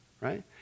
Right